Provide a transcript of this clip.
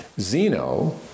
Zeno